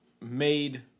made